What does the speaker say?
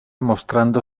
mostrando